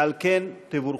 ועל כך תבורכו.